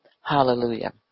Hallelujah